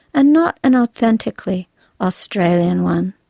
and not an authentically australian one.